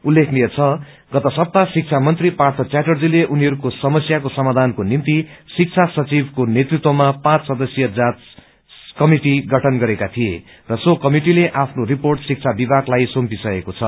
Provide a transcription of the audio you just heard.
उल्लेखनीय छ गत सप्ताह शिक्षा मन्त्री पार्थ च्याटर्जीले उनीहरूको समस्याको समायानको निम्ति शिक्षा सचिवको नेतृत्वमा पौंच सदस्यीय जौंच कमिटि गठन गरेका थिए र सो कमिटिले आफ्नो रिपोर्ट शिक्षा विभागलाई सुम्पिसकेको छ